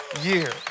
year